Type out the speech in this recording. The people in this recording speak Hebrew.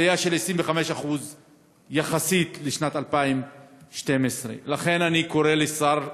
עלייה של 25% יחסית לשנת 2012. לכן אני קורא לשר,